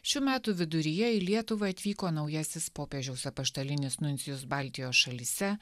šių metų viduryje į lietuvą atvyko naujasis popiežiaus apaštalinis nuncijus baltijos šalyse